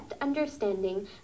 understanding